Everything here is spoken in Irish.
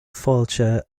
fáilte